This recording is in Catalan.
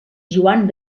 joan